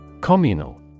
Communal